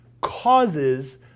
causes